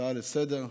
ההצעה לסדר-היום.